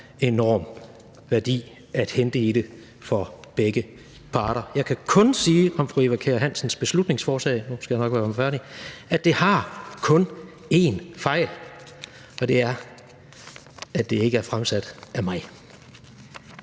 enorm værdi at hente i det for begge parter. Jeg kan kun sige om fru Eva Kjer Hansens beslutningsforslag – nu skal jeg nok gøre mig færdig – at det kun har én fejl, og den er, at det ikke er fremsat af mig.